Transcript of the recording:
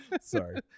Sorry